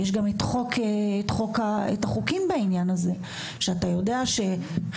יש גם את החוקים בעניין הזה, שאתה יודע שחלקם